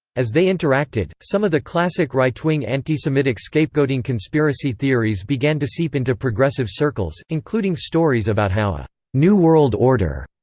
as they interacted, some of the classic right-wing antisemitic scapegoating conspiracy theories began to seep into progressive circles, including stories about how a new world order,